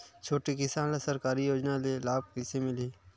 छोटे किसान ला सरकारी योजना के लाभ कइसे मिलही?